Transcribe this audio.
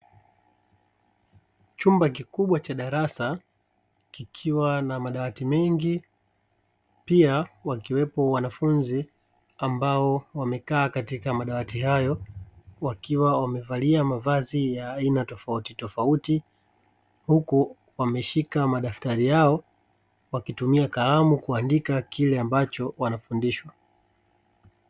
Chumba kikubwa cha darasa kikiwa na madawati mengi, pia wakiwepo wanafunzi ambao wamekaa katika madawati hayo ,wakiwa wamevalia mavazi ya aina tofauti tofauti, huku wameshika madaftari yao wakitumia kalamu kuandika kile ambacho wanafundishwa.